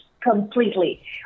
completely